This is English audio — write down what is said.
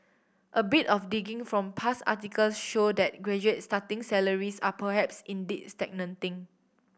a bit of digging from past articles show that graduate starting salaries are perhaps indeed stagnating